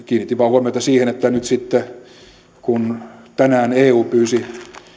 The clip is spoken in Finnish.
kiinnitin vain huomiota siihen että nyt sitten kun tänään eu pyysi